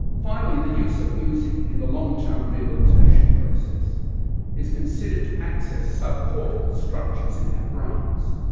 finally the use of music in the long term rehabilitation process is considered to access sub-cortical structures in our brains.